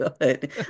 good